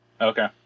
Okay